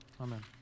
amen